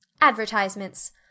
ADVERTISEMENTS